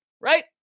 right